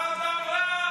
אתה אדם רע.